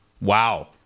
wow